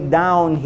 down